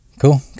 Cool